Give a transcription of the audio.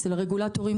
אצל הרגולטורים,